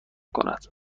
کند